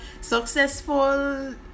successful